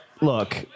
Look